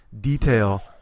detail